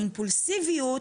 האימפולסיביות,